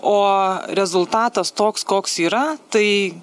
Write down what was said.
o rezultatas toks koks yra tai